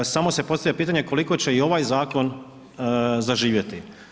Samo se postavlja pitanje koliko će i ovaj zakon zaživjeti.